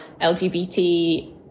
LGBT